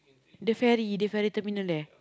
the ferry the ferry terminal there